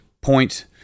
point